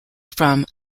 from